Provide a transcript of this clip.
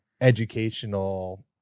educational